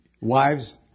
Wives